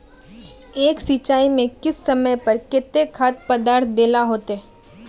एक सिंचाई में किस समय पर केते खाद पदार्थ दे ला होते?